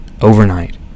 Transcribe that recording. overnight